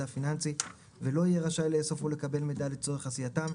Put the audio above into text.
פיננסי ולא יהיה רשאי לאסוף או לקבל מידע לצורך עשייתם,